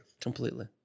Completely